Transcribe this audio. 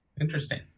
Interesting